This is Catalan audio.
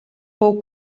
pou